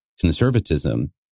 conservatism